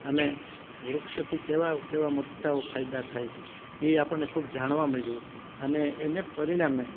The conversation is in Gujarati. અને વૃક્ષથી કેવા મોટા મોટા ફાયદાઓ થાય છે એ આપણને ખૂબ જાણવા મળ્યું અને એને પરિણામે